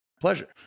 pleasure